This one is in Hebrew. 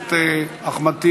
הכנסת אחמד טיבי.